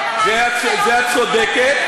בזה את צודקת.